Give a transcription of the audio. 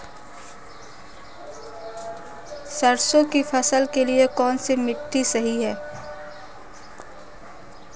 सरसों की फसल के लिए कौनसी मिट्टी सही हैं?